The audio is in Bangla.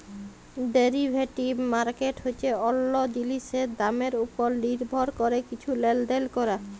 ডেরিভেটিভ মার্কেট হছে অল্য জিলিসের দামের উপর লির্ভর ক্যরে কিছু লেলদেল ক্যরা